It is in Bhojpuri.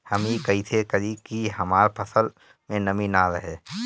हम ई कइसे करी की हमार फसल में नमी ना रहे?